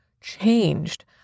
changed